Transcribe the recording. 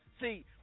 See